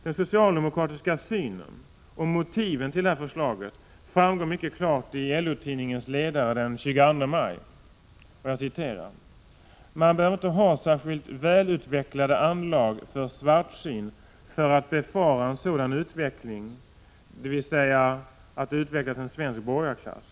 Den socialdemokratiska synen på och motiven till detta förslag framgår mycket klart i LO-tidningens ledare den 22 maj, där det står: Man behöver inte ha särskilt välutvecklade anlag för svartsyn för att befara en sådan utveckling — dvs. att det kan utvecklas en svensk borgarklass.